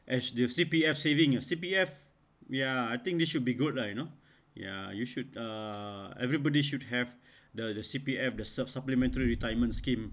as the C_P_F saving ah C_P_F ya I think they should be good lah you know ya you should uh everybody should have the C_P_F the supp~ supplementary retirement scheme